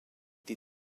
des